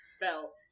belt